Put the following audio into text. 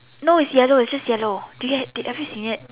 no is yellow it's just yellow did you did have you seen it